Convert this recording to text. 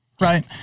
Right